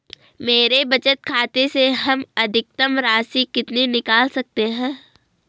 मेरे बचत खाते से हम अधिकतम राशि कितनी निकाल सकते हैं?